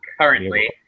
currently